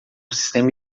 sistema